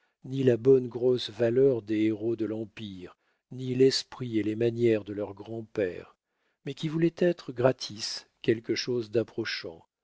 ni la bonne grosse valeur des héros de l'empire ni l'esprit et les manières de leurs grands-pères mais qui voulaient être gratis quelque chose d'approchant